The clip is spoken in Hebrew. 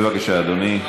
אדוני.